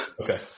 Okay